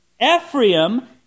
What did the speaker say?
Ephraim